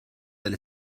del